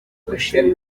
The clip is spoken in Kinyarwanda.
gushima